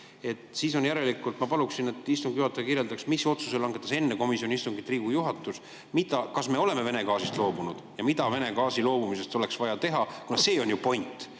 maagaasiseadust muuta. Ma paluksin, et istungi juhataja kirjeldaks, mis otsuse langetas enne komisjoni istungit Riigikogu juhatus, et kas me oleme Vene gaasist loobunud ja mida Vene gaasist loobumiseks oleks vaja teha, kuna see on ju point.